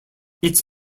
its